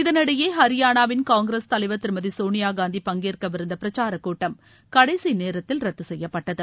இதனிடையே ஹரியானாவின் காங்கிரஸ் தலைவர் திருமதி சோனியாகாந்தி பங்கேற்கவிருந்த பிரச்சாரக் கூட்டம் கடைசி நேரத்தில் ரத்து செய்யப்பட்டது